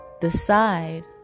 Decide